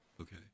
okay